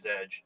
Edge